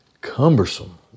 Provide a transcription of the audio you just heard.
cumbersome